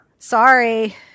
Sorry